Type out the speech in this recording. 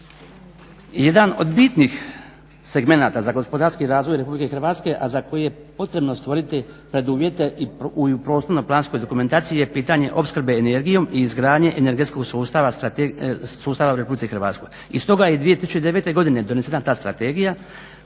Jedan od bitnih segmenata za gospodarski razvoj RH, a za koje je potrebno stvoriti preduvjete i u prostorno-planskoj dokumentaciji je pitanje opskrbe energijom i izgradnje energetskog sustava u RH. i stoga je 2009.godine donesena ta strategija